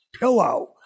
pillow